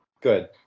good